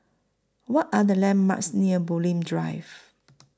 What Are The landmarks near Bulim Drive